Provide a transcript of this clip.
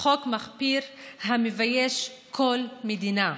חוק מחפיר, שמבייש כל מדינה,